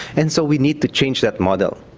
and so we need to change that model,